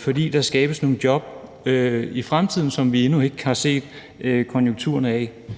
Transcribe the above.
fordi der skabes nogle job i fremtiden, som vi endnu ikke har set konturerne af.